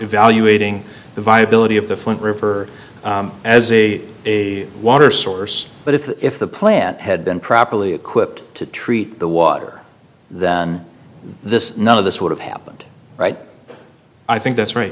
evaluating the viability of the flint river as a a water source but if the plant had been properly equipped to treat the water than this none of this would have happened right i think that's right